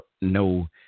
no